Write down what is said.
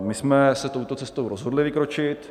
My jsme se touto cestou rozhodli vykročit.